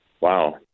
wow